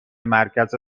مرکز